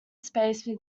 space